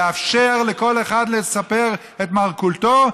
לאפשר לכל אחד לספר את מרכולתו,